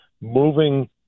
moving